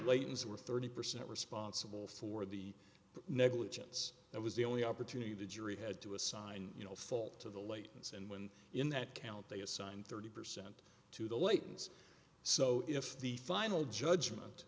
leighton's were thirty percent responsible for the negligence that was the only opportunity the jury had to assign no fault to the latents and when in that count they assigned thirty percent to the latents so if the final judgment